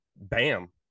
bam